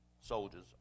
soldiers